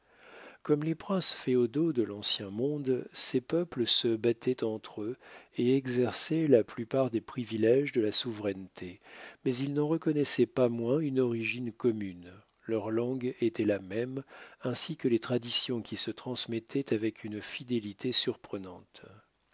comme les princes féodaux de l'ancien monde ces peuples se battaient entre eux et exerçaient la plupart des privilèges de la souveraineté mais ils n'en reconnaissaient pas moins une origine commune leur langue était la même ainsi que les traditions qui se transmettaient avec une fidélité surprenante